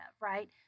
right